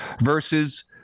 versus